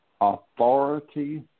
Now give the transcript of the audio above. authority